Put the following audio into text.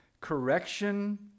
Correction